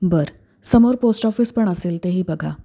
बरं समोर post office पण असेल तेही बघा